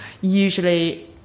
usually